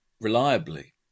reliably